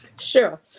Sure